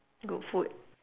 good food